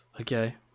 Okay